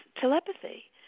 telepathy